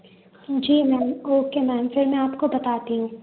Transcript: जी ma'am okay ma'am फ़िर मैं आपको बताती हूँ